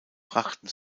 brachten